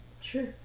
sure